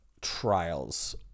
trials